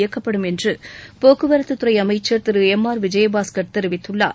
இயக்கப்படும் என்று போக்குவரத்தத் துறை அமைச்சர் திரு எம் ஆர் விஜயபாஸ்கர் தெரிவித்தள்ளா்